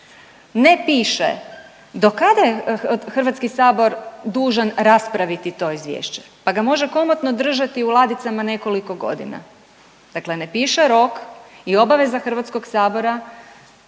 Ne piše do kada je Hrvatski sabor dužan raspraviti to izvješće pa ga može komotno držati u ladicama nekoliko godina. Dakle, ne piše rok i obaveza Hrvatskog sabora